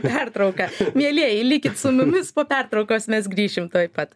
pertrauką mielieji likit su mumis po pertraukos mes grįšim tuoj pat